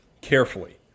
carefully